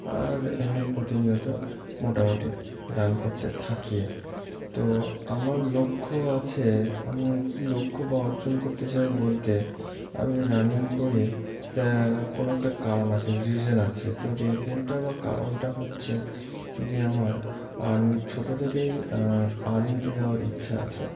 আর এমনি প্রতিনিয়ত মোটামুটি রান করতে থাকি তো আমার লক্ষ্য আছে আমি কী লক্ষ্য বা অর্জন করতে চাই বলতে আমি রানিং করি তা কোনো একটা কারণ আছে রিজন আছে তো রিজনটা বা কারণটা হচ্ছে যে আমার আর্মির ছোট থেকেই আর্মিতে যাওয়ার ইচ্ছা আছে